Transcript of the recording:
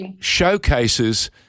showcases